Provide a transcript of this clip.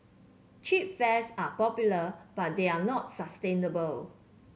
cheap fares are popular but they are not sustainable